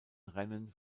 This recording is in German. rennen